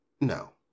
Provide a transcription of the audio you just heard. no